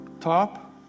top